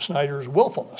snyder's will